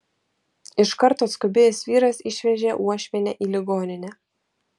iš karto atskubėjęs vyras išvežė uošvienę į ligoninę